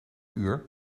uur